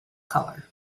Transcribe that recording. color